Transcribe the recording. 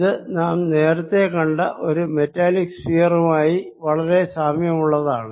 ഇത് നാം നേരത്തെ കണ്ട ഒരു മെറ്റാലിക് സ്ഫിയർ മായി വളരെ സാമ്യമുള്ളതാണ്